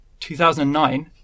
2009